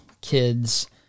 kids